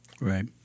Right